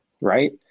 right